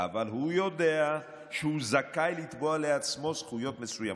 אבל הוא יודע שהוא זכאי לתבוע לעצמו זכויות מסוימות.